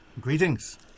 Greetings